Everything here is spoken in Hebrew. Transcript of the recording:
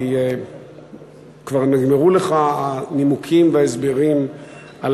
כי כבר נגמרו לך הנימוקים וההסברים על